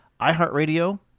iHeartRadio